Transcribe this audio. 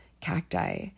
cacti